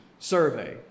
Survey